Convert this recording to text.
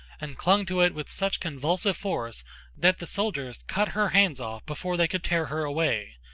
and clung to it with such convulsive force that the soldiers cut her hands off before they could tear her away,